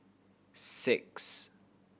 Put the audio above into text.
six